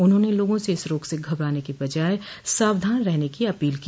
उन्होंने लोगों से इस रोग से घबराने की बजाय सावधान रहने की अपील की